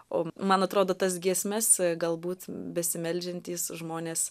o man atrodo tas giesmes galbūt besimeldžiantys žmonės